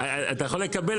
אתה יכול לקבל,